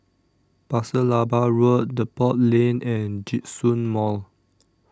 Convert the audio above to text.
Pasir Laba Road Depot Lane and Djitsun Mall